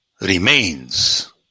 remains